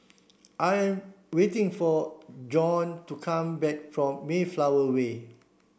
I am waiting for Bjorn to come back from Mayflower Way